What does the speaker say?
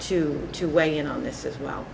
to to weigh in on this as well